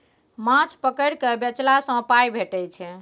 माछ पकरि केँ बेचला सँ पाइ भेटै छै